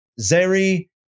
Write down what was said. Zeri